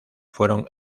fueron